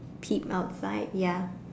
peep outside ya